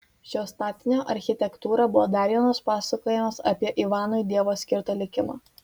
šio statinio architektūra buvo dar vienas pasakojimas apie ivanui dievo skirtą likimą